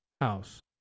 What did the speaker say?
house